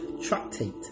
tractate